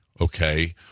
okay